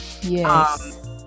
yes